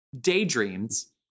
daydreams